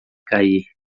cair